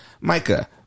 Micah